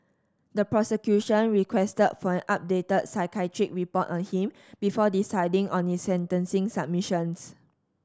the prosecution requested for an updated psychiatric report on him before deciding on its sentencing submissions